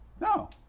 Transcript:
No